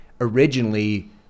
originally